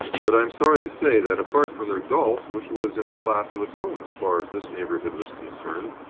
but i am sorry to say that, apart from their golf, which was in a class of its own as far as this neighbourhood was concerned,